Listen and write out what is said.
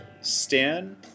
Stan